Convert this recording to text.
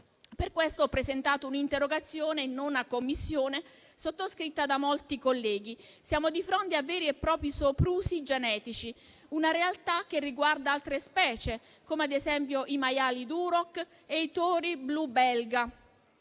Per questo ho presentato un'interrogazione in 9a Commissione, sottoscritta da molti colleghi. Siamo di fronte a veri e propri soprusi genetici: una realtà che riguarda altre specie, come, ad esempio, i maiali Duroc e i tori Blu belga,